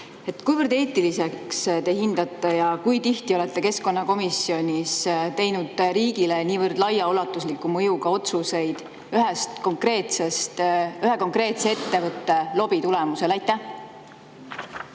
Kuivõrd eetiliseks te seda hindate ja kui tihti olete keskkonnakomisjonis teinud riigile niivõrd laiaulatusliku mõjuga otsuseid ühe konkreetse ettevõtte lobi tulemusel? Aitäh,